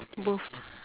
both